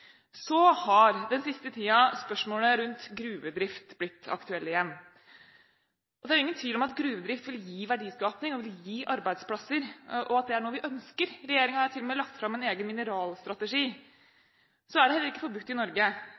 Den siste tiden har spørsmål rundt gruvedrift blitt aktuelle igjen. Det er ingen tvil om at gruvedrift vil gi verdiskaping og arbeidsplasser, og at det er noe vi ønsker. Regjeringen har til og med lagt fram en egen mineralstrategi. Så er det heller ikke forbudt i Norge